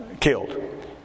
killed